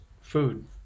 food